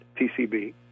TCB